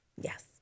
Yes